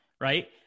right